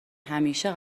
همیشه